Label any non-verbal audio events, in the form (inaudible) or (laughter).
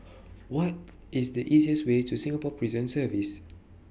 (noise) What IS The easiest Way to Singapore Prison Service